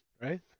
right